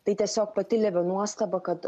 tai tiesiog pati levio nuostaba kad